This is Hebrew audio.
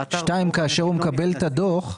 שנית, כאשר הוא מקבל את הדוח,